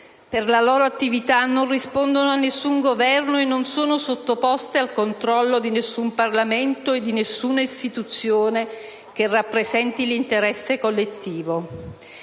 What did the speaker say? Per le loro attività non rispondono a nessun Governo, non sono sottoposte al controllo di nessun Parlamento e di nessuna istituzione che rappresenti l'interesse collettivo.